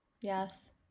Yes